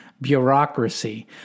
bureaucracy